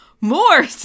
more